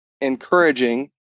encouraging